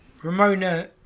Ramona